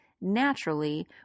naturally